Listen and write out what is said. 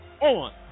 on